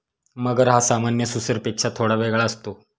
मगर हा सामान्य सुसरपेक्षा थोडा वेगळा असतो